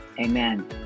Amen